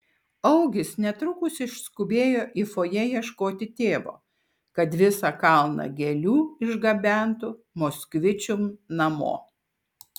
augis netrukus išskubėjo į fojė ieškoti tėvo kad visą kalną gėlių išgabentų moskvičium namo